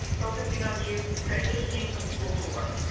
focusing on youth transitioning from school to work.